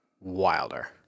wilder